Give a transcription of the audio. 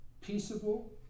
peaceable